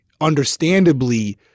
understandably